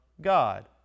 God